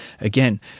Again